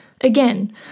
Again